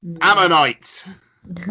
Ammonites